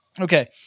Okay